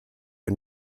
but